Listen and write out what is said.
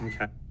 Okay